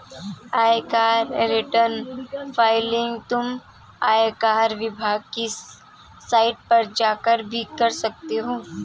आयकर return filing तुम आयकर विभाग की साइट पर जाकर भी कर सकते हो